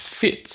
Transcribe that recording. fits